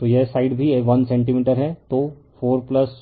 तो यह साइड भी 1 सेंटीमीटर है तो 411